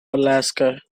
alaska